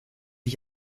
ich